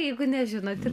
jeigu nežinot